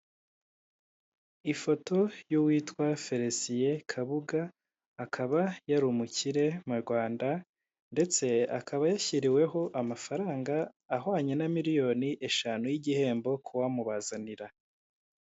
Ifoto y'uwitwa feresiye kabuga akaba yari umukire mu Rwanda ndetse akaba yashyiriweho amafaranga ahwanye na miliyoni eshanu y'igihembo ku wamubazanira.